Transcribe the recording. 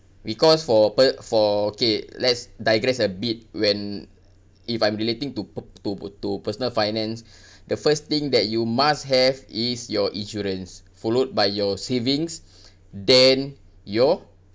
because for per~ for K let's digress a bit when if I'm relating to pe~ to to personal finance the first thing that you must have is your insurance followed by your savings then your